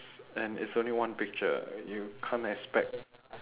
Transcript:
and it's only one picture you can't expect